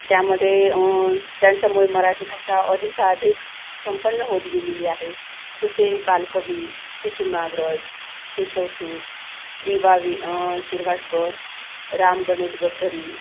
त्यामध्ये ज्यांच्यामुळे मराठी भाषा अधिकाधिक संपन्न होत गेलेली आहे जसे बालकवी कुसुमाग्रज केशवसुत वि वा वी शिरवाडकर राम गणेश गडकरी